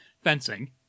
fencing